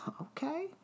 okay